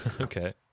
Okay